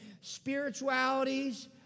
Spiritualities